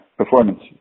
performance